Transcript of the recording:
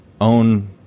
own